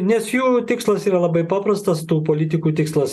nes jų tikslas yra labai paprastas tų politikų tikslas